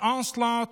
An onslaught